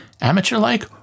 amateur-like